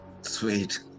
Sweet